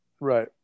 right